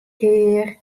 kear